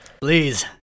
Please